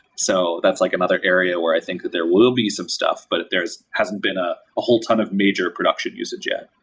so that's like another area where i think that there will be some stuff, but there hasn't been a whole ton of major production usage yet.